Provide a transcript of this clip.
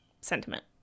sentiment